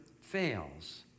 fails